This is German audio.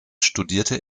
studierte